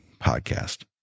podcast